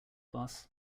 boss